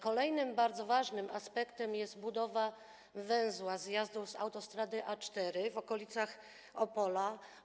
Kolejnym bardzo ważnym aspektem jest budowa węzła zjazdów z autostrady A4 w okolicach Opola.